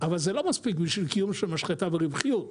אבל זה לא מספיק בשביל קיום של משחטה ברווחיות,